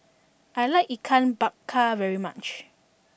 I like Ikan Bakar very much